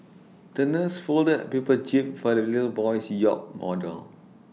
the nurse folded A paper jib for the little boy's yacht model